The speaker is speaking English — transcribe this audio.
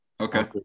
Okay